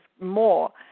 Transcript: more